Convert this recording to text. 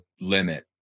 limit